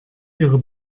ihre